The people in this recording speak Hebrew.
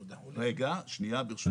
רגע, שנייה, ברשותך.